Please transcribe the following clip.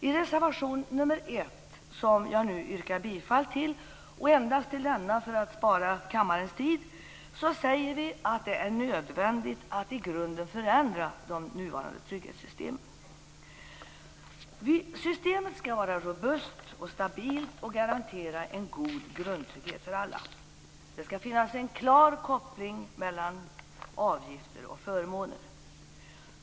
I reservation nr 1, som jag nu yrkar bifall till och endast till denna för att spara kammarens tid, säger vi att det är nödvändigt att i grunden förändra de nuvarande trygghetssystemen. Systemet skall vara robust och stabilt och garantera en god grundtrygghet för alla. Det skall finnas en klar koppling mellan avgifter och förmåner.